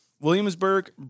williamsburg